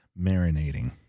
marinating